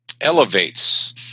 elevates